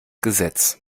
gesetz